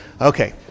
Okay